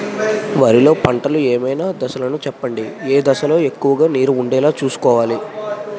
వరిలో పంటలు ఏమైన దశ లను చెప్పండి? ఏ దశ లొ ఎక్కువుగా నీరు వుండేలా చుస్కోవలి?